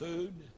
Food